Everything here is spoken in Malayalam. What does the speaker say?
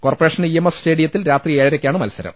കോർപ്പറേ ഷൻ ഇ എം എസ് സ്റ്റേഡിയത്തിൽ രാത്രി ഏഴരയ്ക്കാണ് മത്സ രം